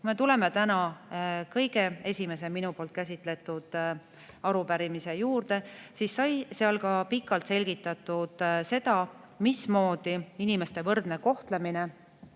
Kui me tuleme täna kõige esimesena minu käsitletud arupärimise juurde, siis sai selle puhul ka pikalt selgitatud seda, mismoodi inimeste võrdne kohtlemine,